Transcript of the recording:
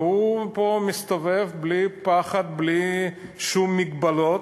והוא פה מסתובב בלי פחד, בלי שום מגבלות.